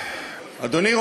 אדוני.